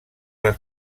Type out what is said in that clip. les